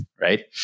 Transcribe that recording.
right